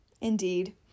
Indeed